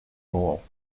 bowl